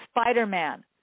Spider-Man